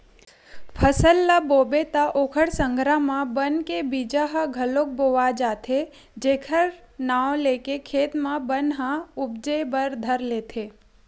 फसल ल बोबे त ओखर संघरा म बन के बीजा ह घलोक बोवा जाथे जेखर नांव लेके खेत म बन ह उपजे बर धर लेथे